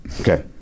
Okay